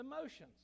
emotions